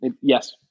yes